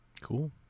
Cool